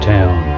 Town